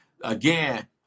again